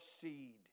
seed